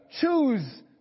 choose